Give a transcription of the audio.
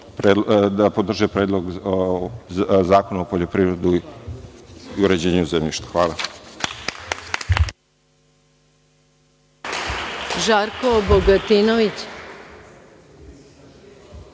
podrže ovaj Predlog zakona o poljoprivredi i uređenju zemljišta. Hvala.